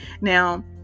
now